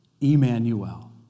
Emmanuel